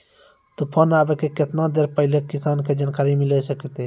तूफान आबय के केतना देर पहिले किसान के जानकारी मिले सकते?